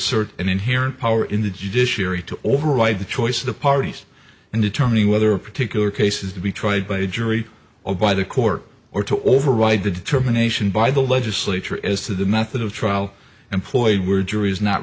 cert an inherent power in the judiciary to override the choice of the parties in determining whether a particular case is to be tried by a jury or by the court or to override the determination by the legislature as to the method of trial employed were juries not